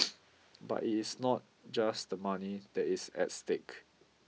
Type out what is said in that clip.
but it is not just the money that is at stake